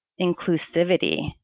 inclusivity